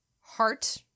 heart